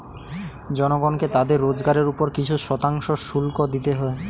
জনগণকে তাদের রোজগারের উপর কিছু শতাংশ শুল্ক দিতে হয়